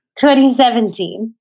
2017